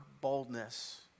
boldness